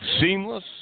seamless